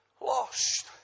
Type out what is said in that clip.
lost